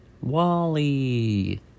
Wally